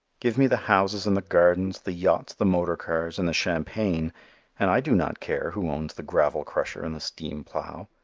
give me the houses and the gardens, the yachts, the motor cars and the champagne and i do not care who owns the gravel crusher and the steam plow.